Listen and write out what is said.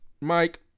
Mike